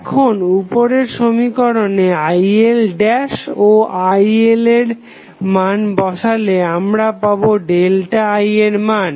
এখন উপরের সমীকরণে IL ও IL এর মান বসালে আমরা পাবো I এর মান